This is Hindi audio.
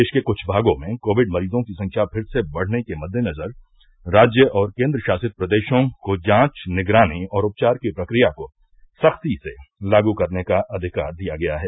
देश के कुछ भागों में कोविड मरीजों की संख्या फिर से बढ़ने के मद्देनजर राज्य और केन्द्रशासित प्रदेशों को जांच निगरानी और उपचार की प्रक्रिया को सख्ती से लागू करने का अधिकार दिया गया है